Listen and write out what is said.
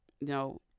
no